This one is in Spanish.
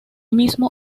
mismo